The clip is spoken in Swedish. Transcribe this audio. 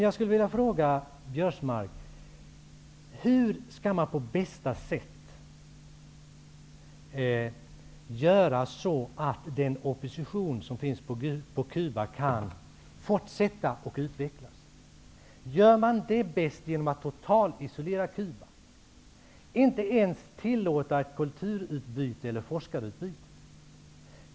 Jag vill fråga Karl-Göran Biörsmark: Hur skall man på bästa sätt göra så att den opposition som finns på Cuba kan fortsätta att utvecklas? Gör man det bäst genom att totalisolera Cuba och inte ens tillåta kulturutbyte eller forskarutbyte?